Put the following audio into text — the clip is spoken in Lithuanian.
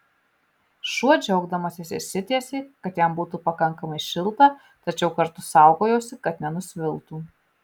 šuo džiaugdamasis išsitiesė kad jam būtų pakankamai šilta tačiau kartu saugojosi kad nenusviltų